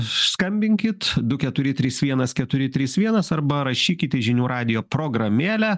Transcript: skambinkit du keturi trys vienas keturi trys vienas arba rašykite į žinių radijo programėlę